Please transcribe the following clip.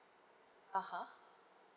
uh (huh)